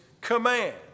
command